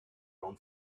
own